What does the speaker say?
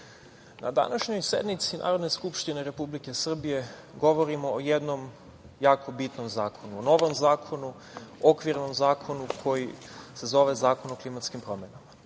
na današnjoj sednici Narodne skupštine Republike Srbije govorimo o jednom jako bitnom zakonu, o novom zakonu, okvirnom zakonu koji se zove Zakon o klimatskim promenama.